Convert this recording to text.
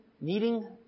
needing